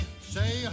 Say